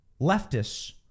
leftists